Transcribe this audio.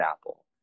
Apple